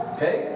Okay